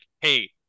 hey